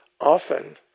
often